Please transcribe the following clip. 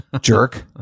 Jerk